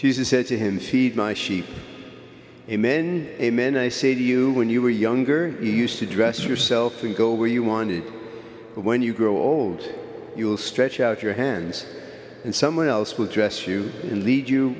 jesus said to him feed my sheep amen amen i say to you when you were younger you used to dress yourself and go where you wanted but when you grow old you will stretch out your hands and someone else will dress you and lead you